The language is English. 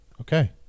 okay